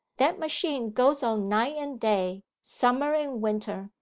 that machine goes on night and day, summer and winter,